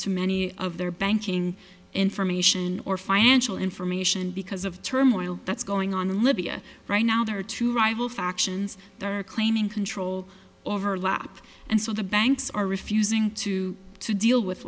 to many of their banking information or financial information because of turmoil that's going on in libya right now there are two rival factions there are claiming control overlap and so the banks are refusing to to deal with